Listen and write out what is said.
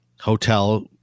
hotel